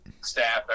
staff